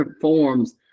forms